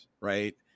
right